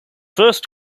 first